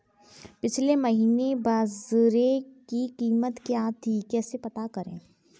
पिछले महीने बाजरे की कीमत क्या थी कैसे पता करें?